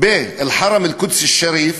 באל-חארם אל-קודס א-שריף,